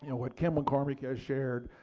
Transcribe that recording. and what kim mccormick has shared,